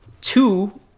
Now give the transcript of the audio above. two